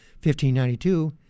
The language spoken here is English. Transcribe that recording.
1592